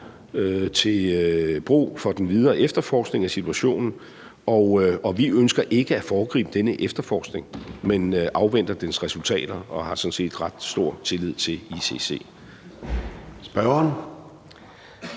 til brug for den videre efterforskning af situationen, og vi ønsker ikke at foregribe denne efterforskning, men afventer dens resultater og har sådan set ret stor tillid til ICC.